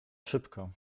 szybko